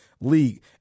league